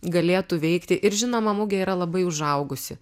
galėtų veikti ir žinoma mugė yra labai užaugusi